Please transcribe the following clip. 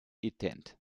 éteintes